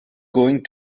going